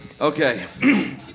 Okay